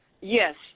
Yes